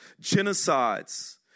Genocides